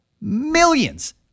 Millions